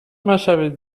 مشوید